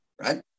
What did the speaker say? right